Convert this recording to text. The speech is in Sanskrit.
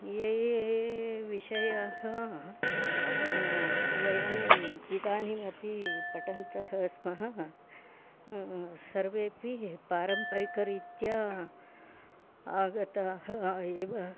ये ये विषयाः वयम् इदानीमपि पठन्तः स्मः सर्वेपि पारम्परिकरीत्या आगताः एव